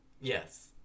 yes